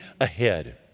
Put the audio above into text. ahead